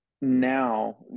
now